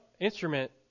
instrument